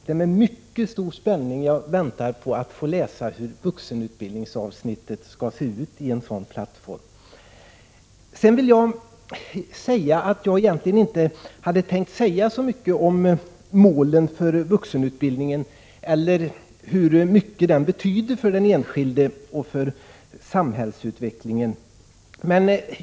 1986/87:127 väntar jag med mycket stor spänning på att få läsa hur vuxenutbildningsav 20 maj 1987 snittet skall se ut på en sådan plattform. Jag hade egentligen inte tänkt säga så mycket om målen för vuxenutbildningen och om hur mycket den betyder för den enskilde och för samhällsutvecklingen.